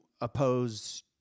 oppose